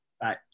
Bye